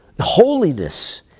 holiness